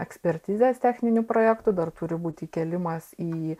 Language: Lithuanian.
ekspertizės techninių projektų dar turi būt įkėlimas į